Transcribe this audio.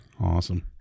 Awesome